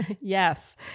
Yes